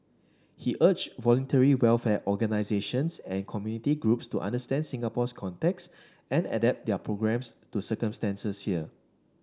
he urged Voluntary Welfare Organisations and community groups to understand Singapore's context and adapt their programmes to circumstances here